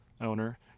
owner